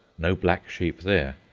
no black sheep there.